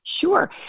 Sure